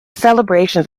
celebrations